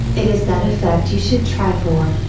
it is that effect you should try for,